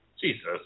Jesus